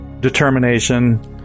determination